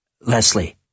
Leslie